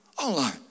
online